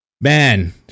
man